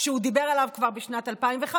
שהוא דיבר עליו כבר בשנת 2005,